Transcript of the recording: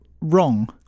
wrong